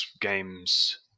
games